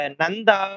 Nanda